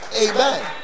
Amen